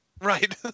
Right